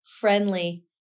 friendly